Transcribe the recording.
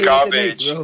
Garbage